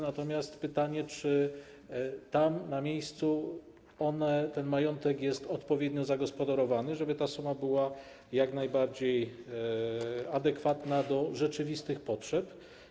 Natomiast jest pytanie, czy tam, na miejscu ten majątek jest odpowiednio zagospodarowany, żeby ta suma była jak najbardziej adekwatna do rzeczywistych potrzeb.